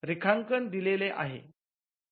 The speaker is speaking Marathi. रेखांकन दिलेले आहे